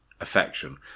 affection